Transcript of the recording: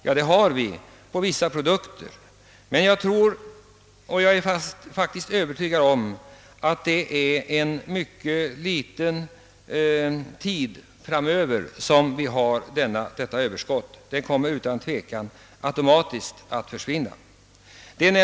Ja, det har vi på vissa produkter. Men jag är övertygad om att överskottet mycket snart är eliminerat. Det kommer att försvinna automatiskt.